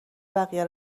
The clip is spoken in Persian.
بقیه